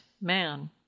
man